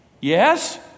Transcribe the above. Yes